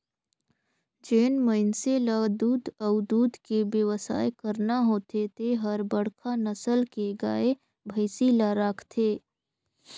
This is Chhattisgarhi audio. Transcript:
जेन मइनसे ल दूद अउ दूद के बेवसाय करना होथे ते हर बड़खा नसल के गाय, भइसी ल राखथे